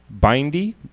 Bindy